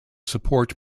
support